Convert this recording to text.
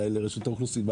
אולי לרשות האוכלוסין.